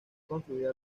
construida